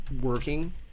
working